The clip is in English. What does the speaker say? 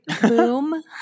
Boom